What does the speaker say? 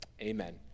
Amen